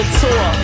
tour